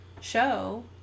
show